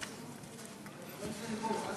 אתה מרוצה מהמצב?